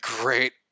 great